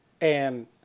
And-